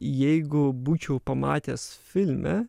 jeigu būčiau pamatęs filme